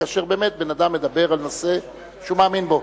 כאשר באמת בן-אדם מדבר על נושא שהוא מאמין בו.